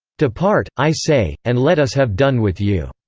depart, i say, and let us have done with you.